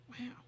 wow